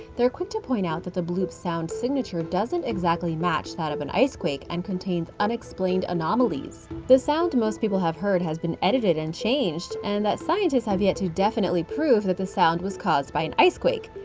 they're quick to point out that the bloop's sound signature doesn't exactly match that of an icequake and contains unexplained anomalies. the sound most people have heard has been edited and changed, and that scientists have yet to definitely prove that the sound was caused by an icequake.